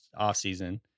offseason